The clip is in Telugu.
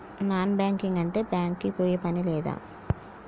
నాన్ బ్యాంకింగ్ అంటే బ్యాంక్ కి పోయే పని లేదా?